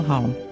Home